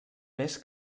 més